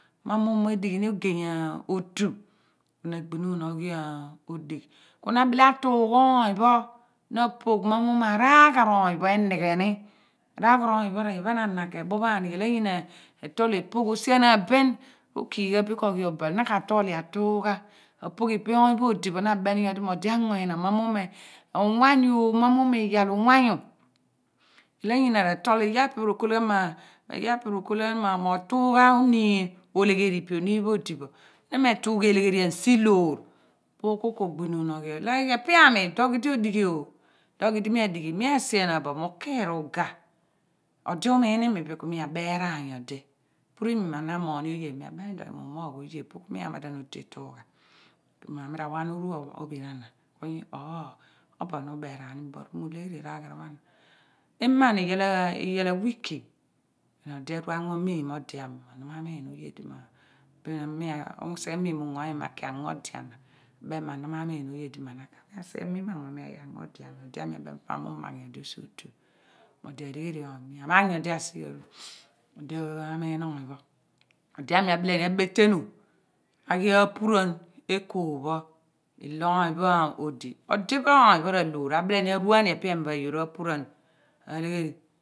Mo mu mo edighi ogey otu ku gbi nun oghi odigh kuna bile atugha oony pho na pogh mo mem mo araghara oony pho enighe ni araghara oony pho ri phen ana ke bophaniiyal anyina etol epogh rosianaan bin ro kiil ghan bin ko ghi obal na ka toli atugha apog ipe oony pho odi bo na beni nyodi mo odi ango yina mo mu mo uwanyn mo mu mo iyal uwanyu iyal angana retol iya pho epe pho retol ghan ma iya phe epe pho rohol mo tugha oniin olegheri ipe oniin pho odi bo yina me tugha elegherian si lor puru ku ko gbi nun like epe ami po ku idi odighio iduo ku edi mi adighi mi asianaan bo mi uki iugah odi umiin imi biu ku mi aberaen nyodi upuru imi ma mi amoghni oye mi abem iduon mi umogh oye piri ku mi a madan otu iitugha ma mira wa ghan ru ophin ana ku yi ooh obo na uberaan ni mi but yi mi ulegheri raghara pha na iman iyal awiki bin odi aru ango miin ode ami mo ono ma miin oye di mo no bin mi usighe miin ugno mi ma ki ango ade ana abem mo ana ma miin oye dima na bal mi asighe miin amue pho mi aghi ango ode ami ode ami abem mo pa mi umagh nyodi usi gh utu ologhi tu mo di alegheriani mi magh nyodi odi amiin oony pho ode ami abile mi abetenu aghi apuruan ekol ph ilo oony pho odi odi pho oony pho ra loor abile ni aruani epe ema pha yoor apuruan alegheri